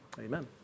Amen